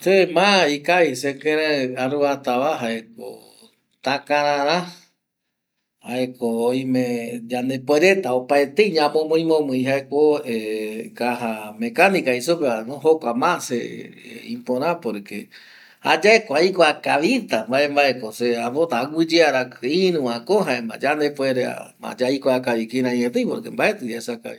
Se ma ikavi sekirei aruata va jaeko takarara jaeko oime yandepuereta opaetei ñamomii momii jaeko eh kaja mekanika jei supe va no, jokua ma se ehh ipora porque jayae ko aikua kavita mbae, mbae ko se apota aguiyeara iru va ko jaema yandepuereama yaikuakavi kirai etei porque mbaeti yaesa kavi